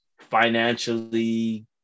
financially